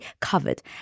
covered